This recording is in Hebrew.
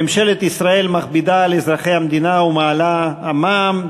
ממשלת ישראל מכבידה על אזרחי המדינה ומעלה את המע"מ,